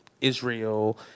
Israel